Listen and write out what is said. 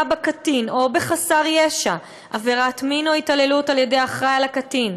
בקטין או בחסר ישע עבירת מין או התעללות על-ידי האחראי לקטין,